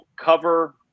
cover